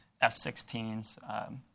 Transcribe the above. F-16s